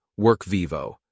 WorkVivo